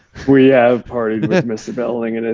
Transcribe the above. we have partied with mr. belding, and ah